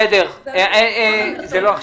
בסדר, זה לא עכשיו.